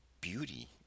beauty